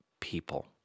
people